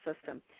system